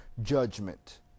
judgment